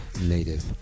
native